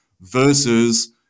versus